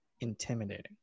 intimidating